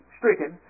stricken